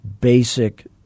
basic